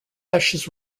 ashes